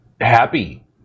happy